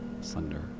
slender